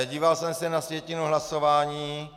Díval jsem se na sjetinu hlasování.